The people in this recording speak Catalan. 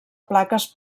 plaques